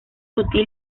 sutil